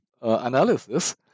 analysis